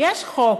יש חוק,